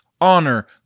honor